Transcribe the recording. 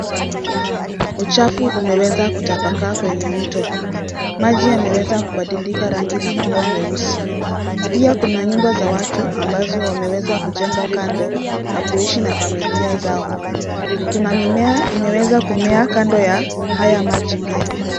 Uchafu umeweza kutapakaa kwenye mto. Maji yameweza kubadilika rangi na kuwa meusi pia kuna nyumba za watu ambazo wameweza kujenga kando na kuishi na familia zao. Kuna kumea imeweza kumea kando haya maji pia.